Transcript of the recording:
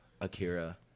Akira